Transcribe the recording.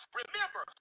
remember